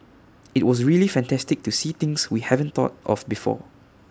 IT was really fantastic to see things we haven't thought of before